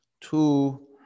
Two